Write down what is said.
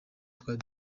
twari